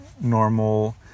normal